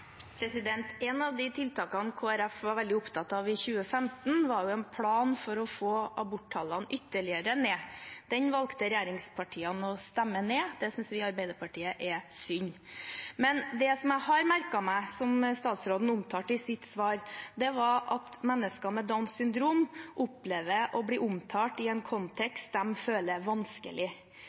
av tiltakene Kristelig Folkeparti var veldig opptatt av i 2015, var en plan for å få aborttallene ytterligere ned. Den valgte regjeringspartiene å stemme ned. Det synes vi i Arbeiderpartiet er synd. Men det jeg har merket meg, som statsråden omtalte i sitt svar, er at mennesker med Downs syndrom opplever å bli omtalt i en kontekst de føler er vanskelig.